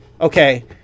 okay